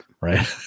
Right